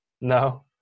No